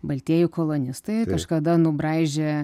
baltieji kolonistai kažkada nubraižė